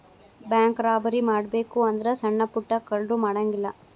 bank robbery ಮಾಡ್ಬೆಕು ಅಂದ್ರ ಸಣ್ಣಾ ಪುಟ್ಟಾ ಕಳ್ರು ಮಾಡಂಗಿಲ್ಲಾ